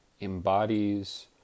embodies